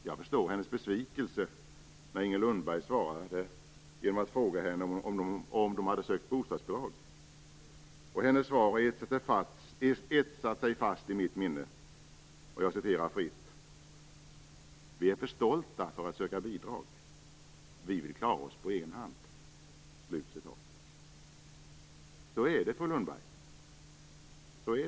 Jag förstår hennes besvikelse när Inger Lundberg svarade genom att fråga henne om hon hade sökt bostadsbidrag. Hennes svar har etsat sig fast i mitt minne: Vi är för stolta för att söka bidrag. Vi vill klara oss på egen hand. Så är det, fru Lundberg.